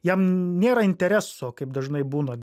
jam nėra intereso kaip dažnai būna